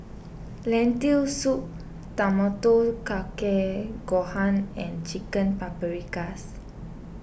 Lentil Soup Tamago Kake Gohan and Chicken Paprikas